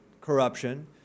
corruption